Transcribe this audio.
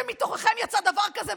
שמתוככם יצא דבר כזה,